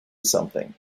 something